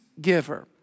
giver